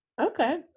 Okay